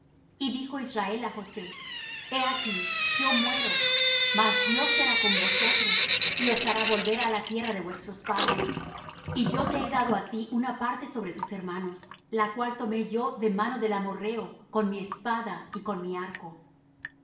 y dijo israel á josé he aquí yo muero mas dios será con vosotros y os hará volver á la tierra de vuestros padres y yo te he dado á ti una parte sobre tus hermanos la cual tomé yo de mano del amorrheo con mi espada y con mi arco